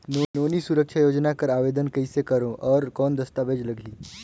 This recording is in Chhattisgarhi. नोनी सुरक्षा योजना कर आवेदन कइसे करो? और कौन दस्तावेज लगही?